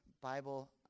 Bible